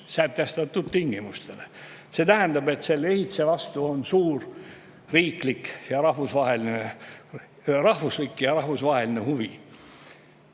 sätestatud tingimustele. See tähendab, et selle ehitise vastu on suur riiklik või rahvuslik või rahvusvaheline huvi.